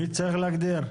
מי צריך להגדיר?